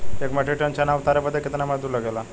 एक metric ton चना उतारे बदे कितना मजदूरी लगे ला?